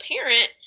parent